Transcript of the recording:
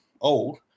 old